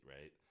right